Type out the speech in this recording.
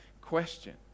question